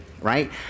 right